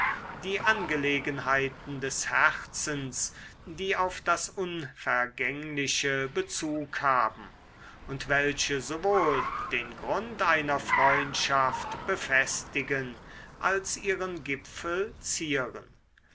die angelegenheiten des herzens die auf das unvergängliche bezug haben und welche sowohl den grund einer freundschaft befestigen als ihren gipfel zieren